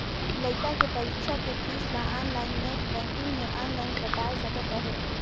लइका के परीक्षा के पीस ल आनलाइन नेट बेंकिग मे आनलाइन पटाय सकत अहें